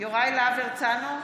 יוראי להב הרצנו,